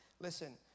listen